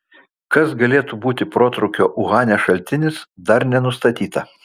kas galėtų būti protrūkio uhane šaltinis dar nenustatyta